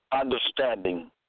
understanding